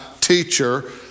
teacher